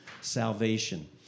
salvation